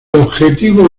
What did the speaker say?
objetivo